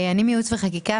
אני מייעוץ וחקיקה,